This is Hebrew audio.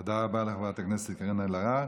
תודה רבה לחברת הכנסת קארין אלהרר.